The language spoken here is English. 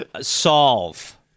solve